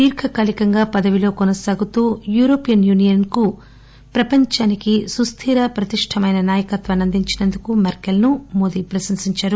దీర్ఘకాలికంగా పదవీలో కొనసాగుతూ యూరోపియన్ యూనియన్ కు ప్రపంచానికి సుస్దిర ప్రతిష్టమైన నాయకత్వాన్ని అందించినందుకు మెర్కెల్ ను మోదీ ప్రశంసించారు